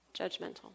judgmental